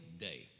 day